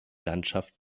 landschaft